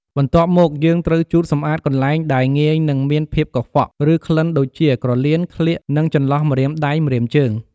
បន្ទាប់មកយើងត្រូវជូតសម្អាតកន្លែងដែលងាយនឹងមានភាពកខ្វក់ ឬក្លិនដូចជា ក្រលៀន ក្លៀក និងចន្លោះម្រាមដៃ ម្រាមជើង។